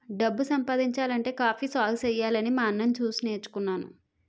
డబ్బు సంపాదించాలంటే కాఫీ సాగుసెయ్యాలని మా అన్నని సూసి నేర్చుకున్నాను